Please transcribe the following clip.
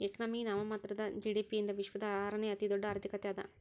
economy ನಾಮಮಾತ್ರದ GDP ಯಿಂದ ವಿಶ್ವದ ಆರನೇ ಅತಿದೊಡ್ಡ್ ಆರ್ಥಿಕತೆ ಅದ